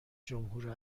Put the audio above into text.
جمهور